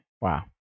Wow